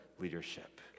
leadership